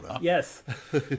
yes